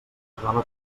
tornava